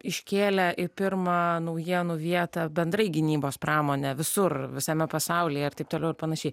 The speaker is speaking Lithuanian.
iškėlė į pirmą naujienų vietą bendrai gynybos pramonę visur visame pasaulyje ir taip toliau ir panašiai